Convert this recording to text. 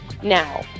now